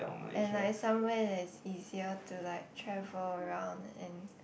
and like somewhere that is easier to like travel around and